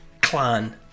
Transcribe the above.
clan